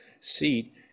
seat